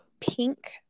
pink